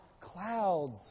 clouds